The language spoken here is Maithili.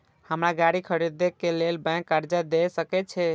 हमरा गाड़ी खरदे के लेल बैंक कर्जा देय सके छे?